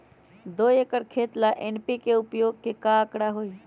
दो एकर खेत ला एन.पी.के उपयोग के का आंकड़ा होई?